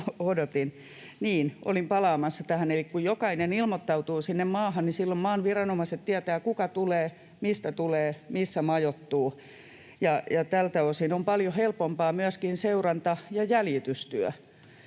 Olin palaamassa tähän, eli kun jokainen ilmoittautuu sinne maahan, niin silloin maan viranomaiset tietävät, kuka tulee, mistä tulee, missä majoittuu, ja tältä osin on paljon helpompaa myöskin seuranta- ja jäljitystyö.